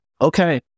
okay